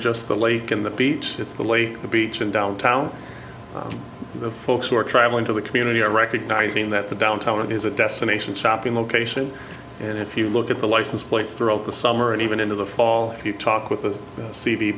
just the lake and the beach it's the only the beach and downtown the folks who are traveling to the community are recognizing that the downtown is a destination shopping location and if you look at the license plates throughout the summer and even into the fall if you talk with